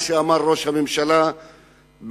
מה שאמר ראש הממשלה בבר-אילן,